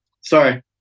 Sorry